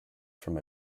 from